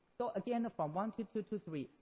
so again from one to two to three,